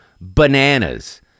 bananas